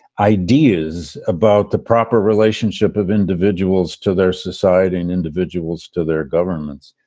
ideas about the proper relationship of individuals to their society and individuals to their governments.